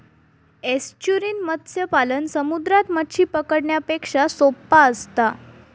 estuarine मत्स्य पालन समुद्रात मच्छी पकडण्यापेक्षा सोप्पा असता